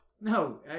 No